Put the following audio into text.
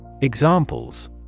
Examples